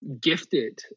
gifted